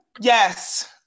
Yes